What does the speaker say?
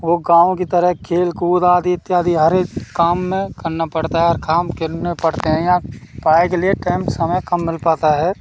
वो गाँव के तरह खेल कूद आदि इत्यादि हर एक काम में करना पड़ता है और काम करने पड़ते हैं या पढ़ाई के लिए टाइम समय कम मिल पाता है